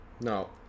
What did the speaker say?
No